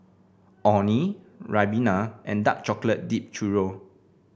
Orh Nee Ribena and Dark Chocolate Dipped Churro